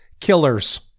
killers